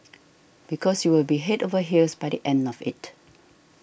because you will be head over heels by the end of it